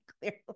clearly